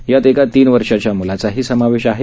यात एका तीन वर्षाच्या मुलाचाही समावेश आहे